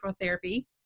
therapy